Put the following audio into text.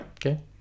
Okay